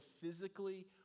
physically